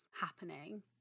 happening